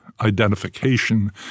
identification